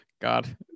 God